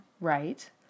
Right